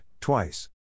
twice